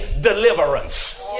deliverance